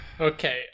Okay